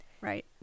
right